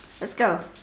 lets go